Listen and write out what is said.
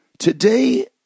Today